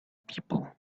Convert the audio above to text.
people